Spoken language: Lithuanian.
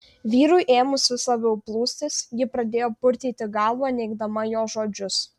vyrui ėmus vis labiau plūstis ji pradėjo purtyti galvą neigdama jo žodžius